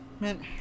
Man